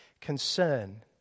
concern